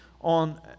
on